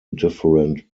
different